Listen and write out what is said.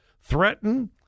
threaten